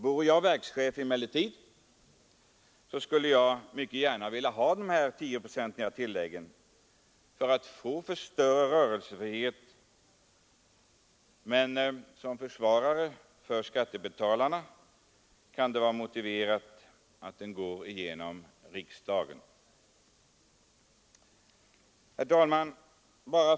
Vore jag verkschef skulle jag mycket gärna vilja ha de här tioprocentiga tilläggen för att få större rörelsefrihet, men som försvarare av skattebetalarnas intressen anser jag att det kan vara motiverat att medelstilldelningen går genom riksdagen. Herr talman!